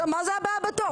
מה זה הבאה בתור?